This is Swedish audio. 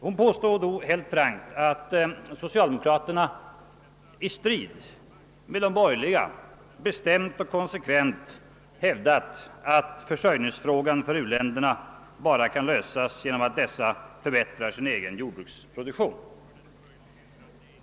Hon påstod då helt frankt att socialdemokraterna »i strid med de borgerliga» bestämt och konsekvent hävdar att försörjningsfrågan för u-länderna bara kan lösas genom att dessa förbättrar sin egen jordbruksproduktion.